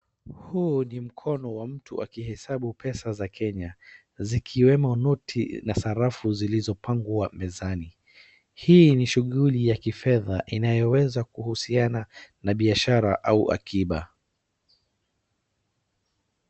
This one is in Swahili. Huu ni mkono wa mtu akihesabu pesa za Kenya zikiwemo noti na sarafu zilizopangwa menzani. Hii ni shughuli ya kifedha inayoweza kuhusiana na biashara au akiba.